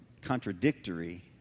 contradictory